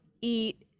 eat